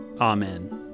Amen